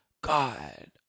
God